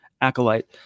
acolyte